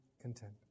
content